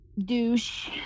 Douche